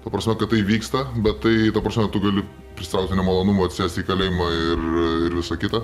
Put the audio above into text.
ta prasme kad tai vyksta bet tai ta prasme tu gali prisitraukti nemalonumų atsisėsti į kalėjimą ir ir visa kita